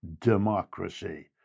democracy